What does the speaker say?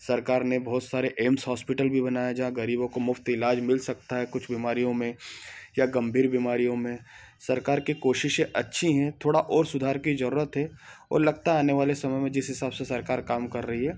सरकार ने बहुत सारे एम्स हॉस्पिटल भी बनाया जहाँ गरीबों को मुफ्त इलाज मिल सकता है कुछ बीमारियों में या गंभीर बीमारियों में सरकार की कोशिशें अच्छी हैं थोड़ा और सुधार की जरूरत है और लगता है आने वाले समय में जिस हिसाब से सरकार काम कर रही है